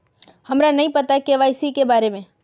हमरा नहीं पता के.वाई.सी के बारे में?